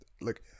look